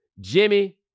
Jimmy